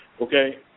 Okay